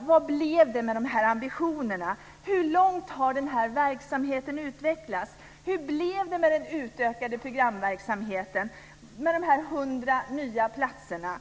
Vad blev det med ambitionerna? Hur långt har verksamheten utvecklats? Hur blev det med den utökade programverksamheten med de 100 nya platserna?